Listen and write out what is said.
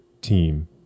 team